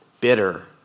bitter